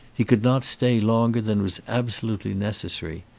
he could not stay longer than was absolutely necessary.